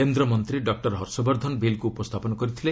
କେନ୍ଦ୍ରମନ୍ତ୍ରୀ ଡକ୍ଟର ହର୍ଷବର୍ଦ୍ଧନ ବିଲ୍କୁ ଉପସ୍ଥାପନ କରିଥିଲେ